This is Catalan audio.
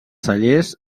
cellers